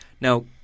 Now